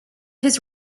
his